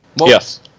Yes